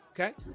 Okay